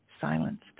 silenced